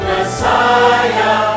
Messiah